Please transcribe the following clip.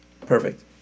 Perfect